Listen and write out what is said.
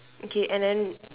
okay and then